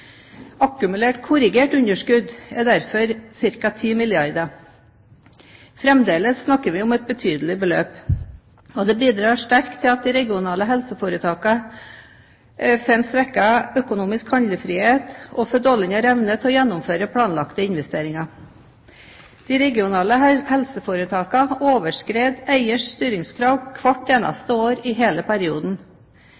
Akkumulert korrigert underskudd er derfor på ca. 10 milliarder kr. Fremdeles snakker vi om et betydelig beløp som bidrar sterkt til at de regionale helseforetakene får en svekket økonomisk handlefrihet og dårligere evne til å gjennomføre planlagte investeringer. De regionale helseforetakene overskred eiers styringskrav hvert